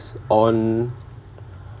on